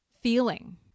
feeling